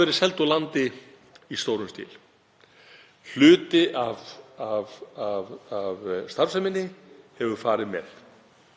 verið seld úr landi í stórum stíl. Hluti af starfseminni hefur farið með.